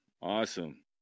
awesome